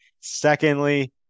Secondly